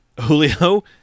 Julio